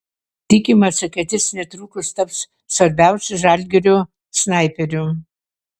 tikimasi kad jis netrukus taps svarbiausiu žalgirio snaiperiu